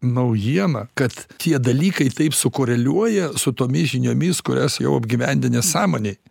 naujiena kad tie dalykai taip sukoreliuoja su tomis žiniomis kurias jau apgyvendinęs sąmonėj